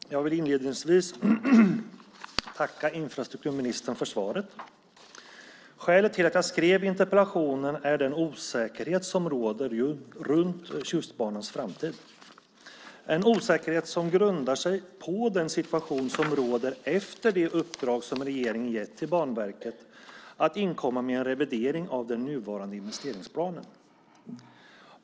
Herr talman! Jag vill inledningsvis tacka infrastrukturministern för svaret. Skälet till att jag skrev interpellationen är den osäkerhet som råder om Tjustbanans framtid. Det är en osäkerhet som grundar sig på den situation som råder efter det uppdrag som regeringen gett till Banverket att inkomma med en revidering av den nuvarande investeringsplanen.